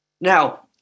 Now